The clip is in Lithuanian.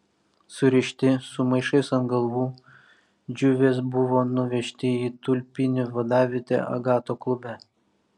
surišti su maišais ant galvų džiuvės buvo nuvežti į tulpinių vadavietę agato klube